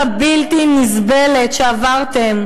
הם עסוקים.